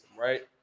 right